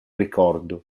ricordo